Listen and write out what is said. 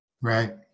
Right